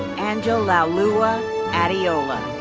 anjolaoluwa adeola.